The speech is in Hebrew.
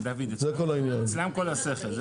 אצלם כל השכל.